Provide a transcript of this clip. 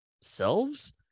selves